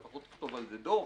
לפחות תכתוב על זה דוח